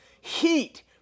Heat